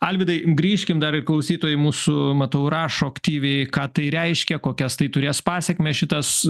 alvydai grįžkim dar klausytojai mūsų matau rašo aktyviai ką tai reiškia kokias tai turės pasekmes šitas